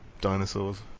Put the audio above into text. dinosaurs